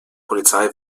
polizei